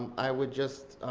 i would just